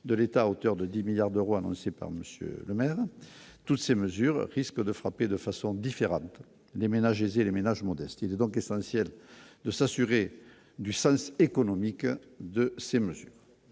de l'État à hauteur de 10 milliards d'euros annoncée par monsieur le maire, toutes ces mesures risquent de frapper de façon différente, les ménages aisés, les ménages modestes, il est donc essentiel de s'assurer du service économique de ces mesures,